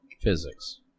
physics